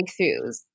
breakthroughs